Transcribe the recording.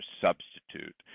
substitute